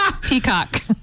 Peacock